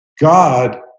God